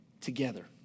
Together